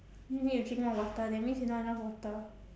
you need to drink more water that means you not enough water